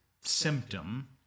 symptom